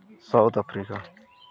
South Africa